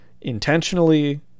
intentionally